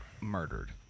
murdered